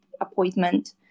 appointment